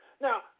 Now